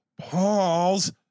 Paul's